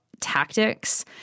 tactics